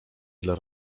dla